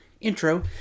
intro